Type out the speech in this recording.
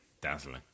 Dazzling